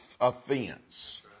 offense